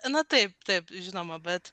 na taip taip žinoma bet